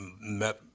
met